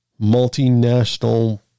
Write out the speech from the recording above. multinational